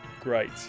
Great